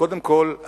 קודם כול,